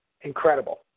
Incredible